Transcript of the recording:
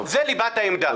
זו ליבת העמדה.